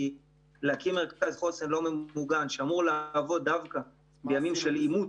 כי להקים מרכז חוסן לא ממוגן שאמור לעבוד דווקא בימים של עימות,